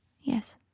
Yes